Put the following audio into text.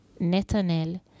Netanel